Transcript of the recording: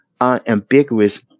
unambiguous